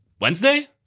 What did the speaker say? Wednesday